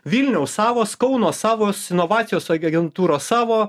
vilniaus savos kauno savos inovacijos agentūros savo